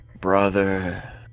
Brother